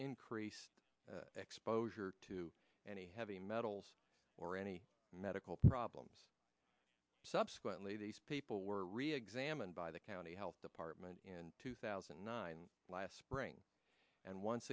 increased exposure to any heavy metals or any medical problems subsequently these people were re examined by the county health department in two thousand and nine last spring and once